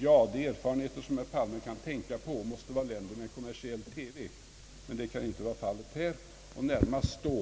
Ja, de erfarenheter som herr Palme kan tänka på måste vara erfarenheter från länder med kommersiell TV — men det kan ju inte vara fallet här — och närmast att